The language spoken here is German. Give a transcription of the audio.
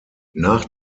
nach